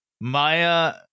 Maya